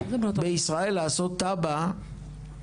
בישראל לעשות תב"ע,